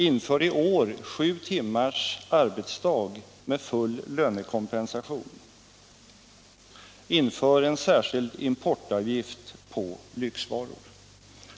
Inför i år sju timmars arbetsdag med full lönekompensation! Inför en särskild importavgift på lyxvaror!